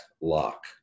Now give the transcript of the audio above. lock